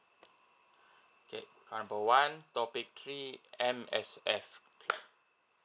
okay call number one topic three M_S_F